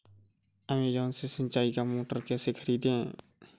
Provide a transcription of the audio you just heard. Amazon से सिंचाई का मोटर कैसे खरीदें?